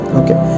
okay